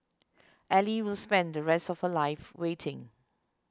ally will spend the rest of her life waiting